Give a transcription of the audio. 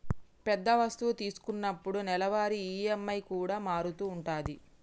పెద్ద వస్తువు తీసుకున్నప్పుడు నెలవారీ ఈ.ఎం.ఐ కూడా మారుతూ ఉంటది